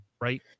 right